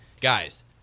Guys